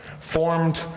formed